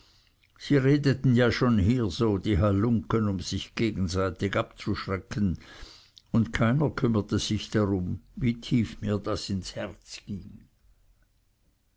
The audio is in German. sie redeten ja schon hier so die halunken um sich gegenseitig abzuschrecken und keiner kümmerte sich darum wie tief mir das ins herz